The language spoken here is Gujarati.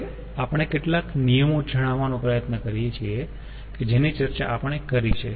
હવે આપણે કેટલાક નિયમો જણાવવાનો પ્રયત્ન કરીયે છીએ કે જેની ચર્ચા આપણે કરી છે